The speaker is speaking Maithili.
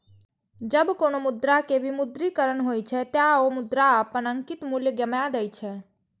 जब कोनो मुद्रा के विमुद्रीकरण होइ छै, ते ओ मुद्रा अपन अंकित मूल्य गमाय दै छै